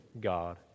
God